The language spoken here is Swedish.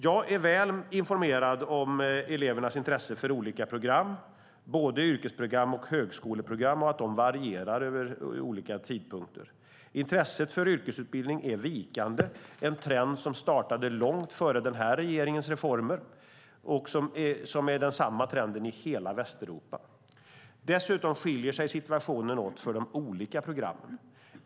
Jag är väl informerad om elevernas intresse för olika program, både yrkesprogram och högskoleförberedande program, och att det varierar vid olika tidpunkter. Intresset för yrkesutbildning är vikande. Det är en trend som startade långt före denna regerings reformer, och det är samma trend i hela Västeuropa. Dessutom skiljer sig situationen åt för de olika programmen.